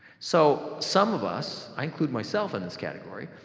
so, some of us, i include myself in this category,